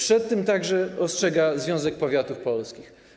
Przed tym także ostrzega Związek Powiatów Polskich.